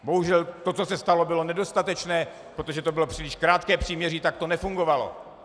Bohužel to, co se stalo, bylo nedostatečné, protože to bylo příliš krátké příměří, tak to nefungovalo.